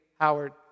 Howard